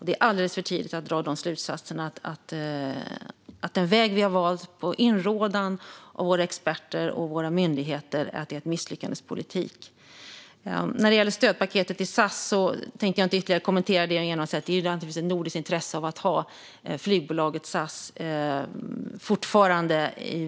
Det är alldeles för tidigt att dra slutsatsen att den väg vi har valt, på inrådan av våra experter och myndigheter, är en misslyckandets politik. När det gäller stödpaketet till SAS tänker jag inte kommentera det mer än att det naturligtvis är av nordiskt intresse att fortfarande ha flygbolaget SAS.